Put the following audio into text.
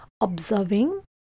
observing